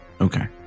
okay